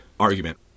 argument